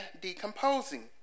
decomposing